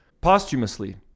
posthumously